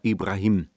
Ibrahim